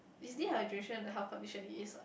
is dehydration the health condition it is ah